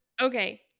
okay